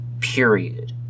period